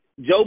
Joe